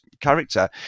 character